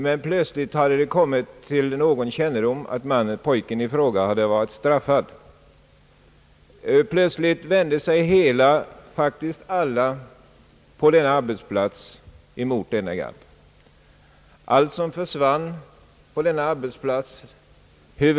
Men plötsligt hade det kommit till någons kännedom att pojken i fråga hade varit straffad tidigare. Plötsligt vände sig praktiskt taget alla på denna arbetsplats emot denne pojke.